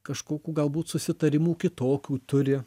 kažkokių galbūt susitarimų kitokių turi